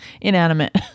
inanimate